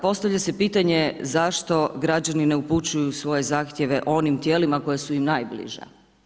Postavlja se pitanje zašto građani ne upućuju svoje zahtjeve onim tijela koja su im najbliža.